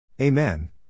Amen